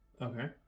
Okay